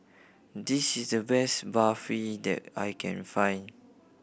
this is the best Barfi that I can find